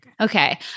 Okay